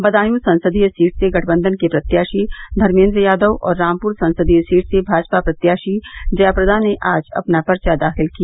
बदायूं संसदीय सीट से गठबंधन के प्रत्याशी धर्मेन्द्र यादव और रामपुर संसदीय सीट से भाजपा प्रत्याशी जया प्रदा ने आज अपना पर्चा दाखिल किया